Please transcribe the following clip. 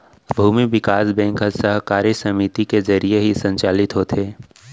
भूमि बिकास बेंक ह सहकारी समिति के जरिये ही संचालित होथे